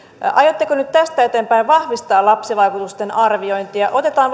aiotteko nyt tästä eteenpäin vahvistaa lapsivaikutusten arviointia otetaan